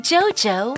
Jojo